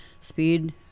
speed